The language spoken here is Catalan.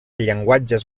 llenguatges